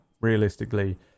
realistically